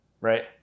right